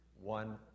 one